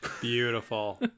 Beautiful